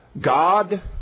God